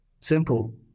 Simple